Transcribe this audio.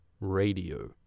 radio